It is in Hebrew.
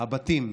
הבתים,